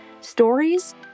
Stories